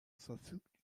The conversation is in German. verfügt